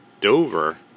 Dover